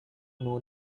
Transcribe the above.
known